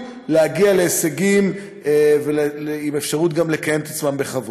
להגיע להישגים עם אפשרות גם לקיים את עצמם בכבוד.